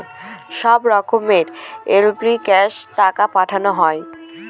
সব রকমের এপ্লিক্যাশনে টাকা পাঠানো হয়